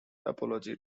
apology